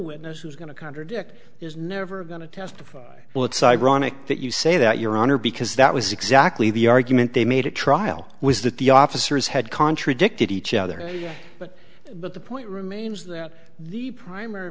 witness who's going to contradict is never going to testify well it's ironic that you say that your honor because that was exactly the argument they made a trial was that the officers had contradicted each other yes but but the point remains that the primary